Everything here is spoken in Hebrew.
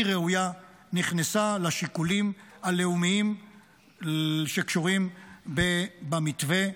ראויה נכנס לשיקולים הלאומיים שקשורים במתווה,